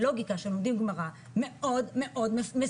הלוגיקה שהם לומדים גמרא מאוד מסייעת.